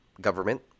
Government